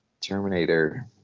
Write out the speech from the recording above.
terminator